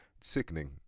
sickening